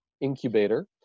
Incubator